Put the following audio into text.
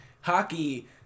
hockey